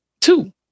two